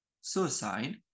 suicide